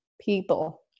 people